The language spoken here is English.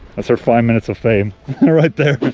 that's our five minutes of fame right there.